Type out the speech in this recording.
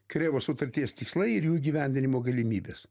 krėvos sutarties tikslai ir jų įgyvendinimo galimybės